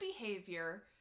behavior